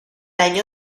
año